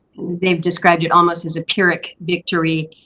they've described it almost as a pyrrhic victory.